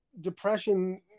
depression